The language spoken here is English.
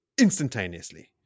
instantaneously